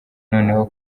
noneho